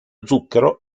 zucchero